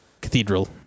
cathedral